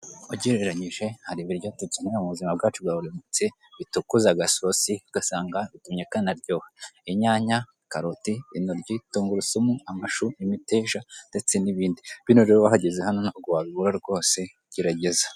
Ugereranyije hari ibiryo dukenera m'ubuzima bwacu bwa buri munsi bitukuza agasosi ugasanga bitumye biryoha: inyanya, karoti, intoryi, tungurusumu, amashu, imiteja ndetse n'ibindi bino wahageze hano ntabwo wabibura rwose geregeza.